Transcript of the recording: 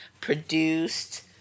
produced